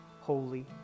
holy